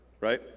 Right